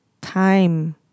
time